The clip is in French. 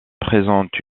présente